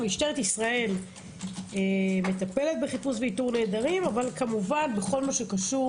משטרת ישראל מטפלת בחיפוש ואיתור נעדרים אבל בכל הקשור